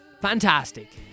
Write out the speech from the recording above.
fantastic